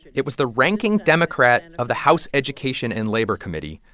it was the ranking democrat of the house education and labor committee,